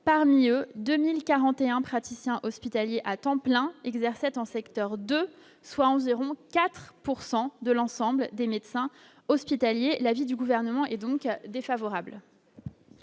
parmi eux 2041 praticiens hospitaliers à temps plein, exerçait en secteur 2 soit environ 4 pourcent de de l'ensemble des médecins hospitaliers, l'avis du gouvernement et donc défavorable.